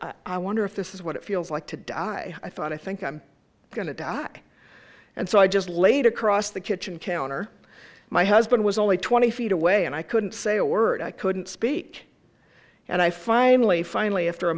won i wonder if this is what it feels like to die i thought i think i'm going to die and so i just laid across the kitchen counter my husband was only twenty feet away and i couldn't say a word i couldn't speak and i finally finally after a